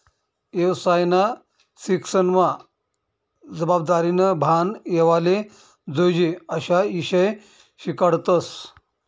येवसायना शिक्सनमा जबाबदारीनं भान येवाले जोयजे अशा ईषय शिकाडतस